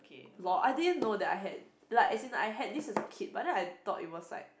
lor I didn't know that I had like as in I had this as a kid but I thought it was like